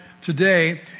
today